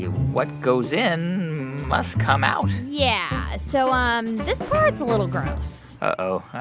what goes in must come out yeah, so um this part's a little gross uh-oh,